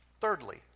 Thirdly